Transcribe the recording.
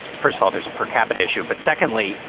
first of all, there's a per capita issue. but secondly,